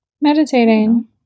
meditating